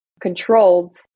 controlled